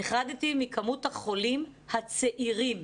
נחרדתי מכמות החולים הצעירים.